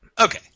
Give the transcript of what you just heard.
Okay